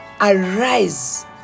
arise